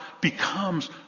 becomes